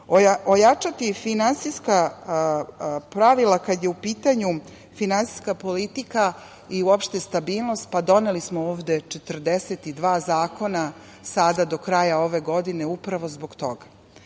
Ojačati finansijska pravila kada je u pitanju finansijska politika i uopšte stabilnost, pa doneli smo ovde 42 zakona sada do kraja ove godine upravo zbog